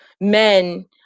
men